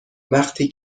وقتی